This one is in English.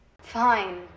Fine